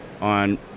on